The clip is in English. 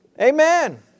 Amen